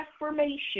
reformation